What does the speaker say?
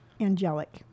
angelic